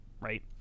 right